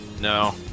No